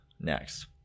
next